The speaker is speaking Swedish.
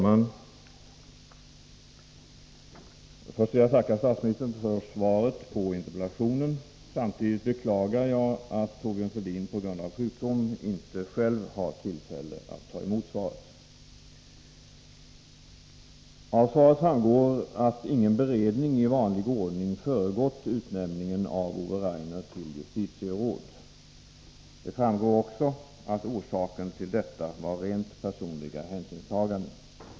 Herr talman! Först vill jag tacka statsministern för svaret på interpellationen. Samtidigt beklagar jag att Thorbjörn Fälldin på grund av sjukdom inte har tillfälle att själv ta emot det. Av svaret framgår att ingen beredning i vanlig ordning föregått utnämningsd en av Ove Rainer till justitieråd. Det framgår också att orsaken till detta var rent personliga hänsynstaganden.